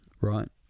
Right